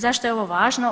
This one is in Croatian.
Zašto je ovo važno?